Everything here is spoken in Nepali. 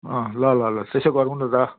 अँ ल ल ल त्यसै गरौँ न त